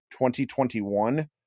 2021